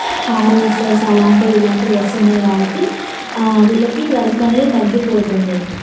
harvesters అలాంటి ఇలాంటి వస్తున్నాయి కాబట్టి వీళ్ళకి వర్క్ అనేది తగ్గిపోతోంది